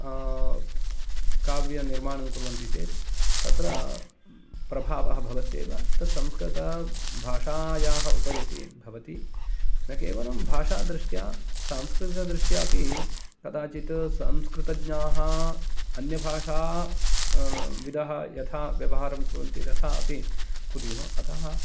काव्यनिर्माणं कुर्वन्ति चेत् तत्र प्रभावः भवत्येव तत् संस्कृतभाषायाः उपरि अपि भवति न केवलं भाषा दृष्ट्या सांस्कृतिकदृष्टा अपि कदाचित् संस्कृतज्ञाः अन्य भाषाविदः यथा व्यवहारं कुर्वन्ति तथा एव कुर्युः अतः